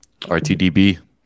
RTDB